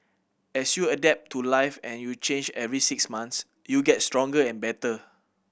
as you adapt to life and you change every six months you get stronger and better